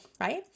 right